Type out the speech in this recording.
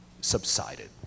subsided